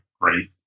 great